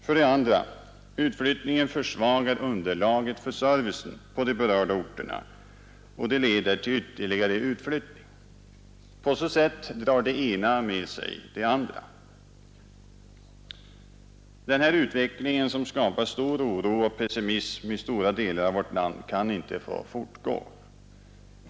För det andra: Utflyttningen försvagar underlaget för servicen på de berörda orterna, och det leder till ytterligare utflyttning. På så sätt drar det ena med sig det andra. Den här utvecklingen, som skapar stor oro och pessimism i stora delar av vårt land, kan inte få fortsätta.